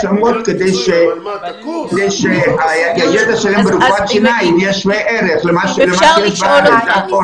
השלמות כדי שהידע שלהם ברפואת שיניים יהיה שווה ערך למה שקיים כאן.